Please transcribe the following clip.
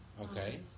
Okay